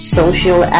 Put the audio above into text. social